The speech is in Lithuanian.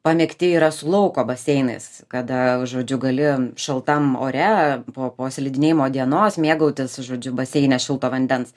pamėgti yra su lauko baseinais kada žodžiu gali šaltam ore po po slidinėjimo dienos mėgautis žodžiu baseine šilto vandens